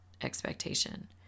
expectation